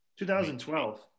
2012